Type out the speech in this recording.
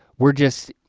we're just